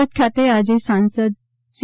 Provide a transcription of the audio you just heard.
સુરત ખાતે આજે સાંસદ સી